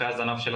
אז הפליליים,